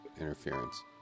interference